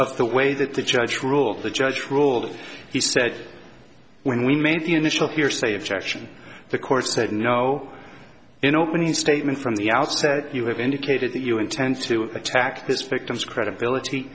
of the way that the judge ruled the judge ruled and he said when we made the initial hearsay objection the course said no in opening statement from the outset you have indicated that you intend to attack this victim's credibility